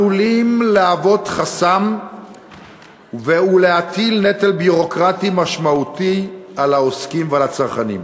עלולים להוות חסם ולהטיל נטל ביורוקרטי משמעותי על העוסקים ועל הצרכנים.